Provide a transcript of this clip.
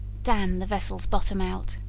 damn the vessel's bottom out